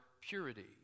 purity